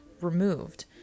removed